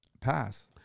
Pass